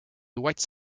white